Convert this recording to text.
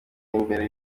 y’imbere